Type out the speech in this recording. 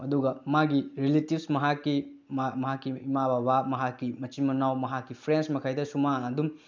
ꯑꯗꯨꯒ ꯃꯥꯒꯤ ꯔꯤꯂꯦꯇꯤꯞꯁ ꯃꯍꯥꯛꯀꯤ ꯃꯍꯥꯛꯀꯤ ꯏꯃꯥ ꯕꯕꯥ ꯃꯍꯥꯛꯀꯤ ꯃꯆꯤꯟ ꯃꯅꯥꯎ ꯃꯍꯥꯛꯀꯤ ꯐ꯭ꯔꯦꯟꯁꯃꯈꯩꯗꯁꯨ ꯃꯥ ꯑꯗꯨꯝ